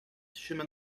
chemin